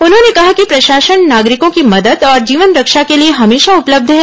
उन्होंने कहा है कि प्रशासन नागरिकों की मदद और जीवनरक्षा के लिए हमेशा उपलब्ध है